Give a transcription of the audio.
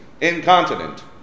incontinent